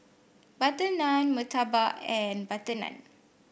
butter naan murtabak and butter naan